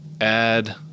add